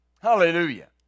Hallelujah